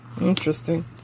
Interesting